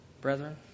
Brethren